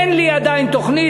אין לי עדיין תוכנית,